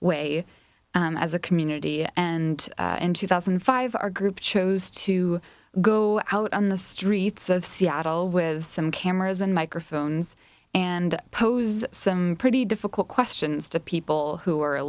way as a community and in two thousand and five our group chose to go out on the streets of seattle with some cameras and microphones and poses some pretty difficult questions to people who are